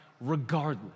Regardless